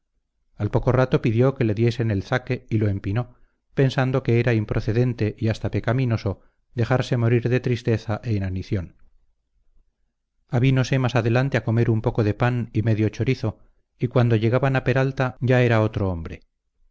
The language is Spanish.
al poco rato pidió que le diesen el zaque y lo empinó pensando que era improcedente y hasta pecaminoso dejarse morir de tristeza e inanición avínose más adelante a comer un poco de pan y medio chorizo y cuando llegaban a peralta ya era otro hombre